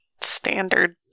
Standard